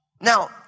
Now